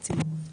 בצינורות.